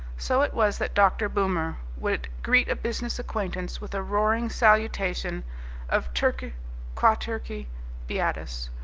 so it was that dr. boomer would greet a business acquaintance with a roaring salutation of, terque quaterque beatus,